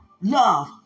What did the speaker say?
love